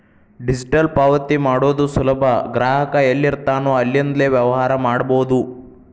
digital ಪಾವತಿ ಮಾಡೋದು ಸುಲಭ ಗ್ರಾಹಕ ಎಲ್ಲಿರ್ತಾನೋ ಅಲ್ಲಿಂದ್ಲೇ ವ್ಯವಹಾರ ಮಾಡಬೋದು